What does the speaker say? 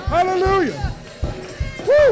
Hallelujah